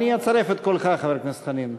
אצרף את קולך, חבר הכנסת חנין.